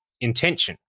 intention